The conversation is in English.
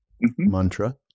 mantra